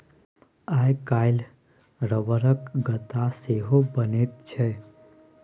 आइ काल्हि रबरक गद्दा सेहो बनैत छै